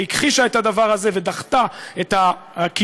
שהיא הכחישה את הדבר הזה ודחתה את הקישור